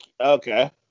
Okay